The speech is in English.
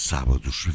Sábados